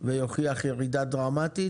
ויוכיח ירידה דרמטית,